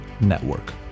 Network